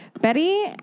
Betty